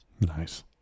Nice